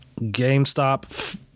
GameStop